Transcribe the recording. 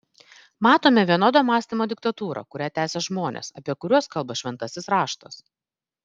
matome vienodo mąstymo diktatūrą kurią tęsia žmonės apie kuriuos kalba šventasis raštas